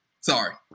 sorry